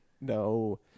no